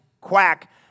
quack